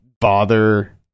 bother